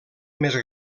més